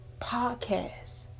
podcast